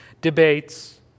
debates